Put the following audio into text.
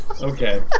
Okay